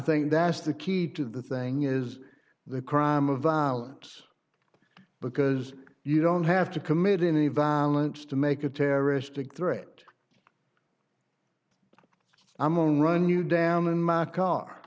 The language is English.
think that's the key to the thing is the crime of our because you don't have to commit any violence to make a terroristic threat i'm on run you down in my car